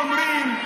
בערבית אומרים,